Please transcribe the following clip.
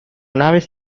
naves